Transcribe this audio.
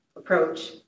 approach